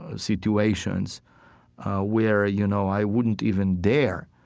ah situations where, you know, i wouldn't even dare